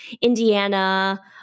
Indiana